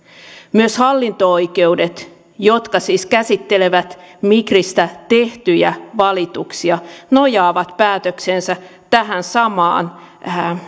myös hallinto oikeudet jotka siis käsittelevät migristä tehtyjä valituksia nojaavat päätöksensä tähän samaan